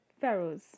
Pharaohs